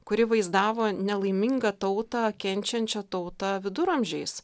kuri vaizdavo nelaimingą tautą kenčiančią tautą viduramžiais